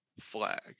flag